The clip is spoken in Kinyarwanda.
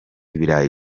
ibirayi